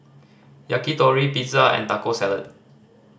Yakitori Pizza and Taco Salad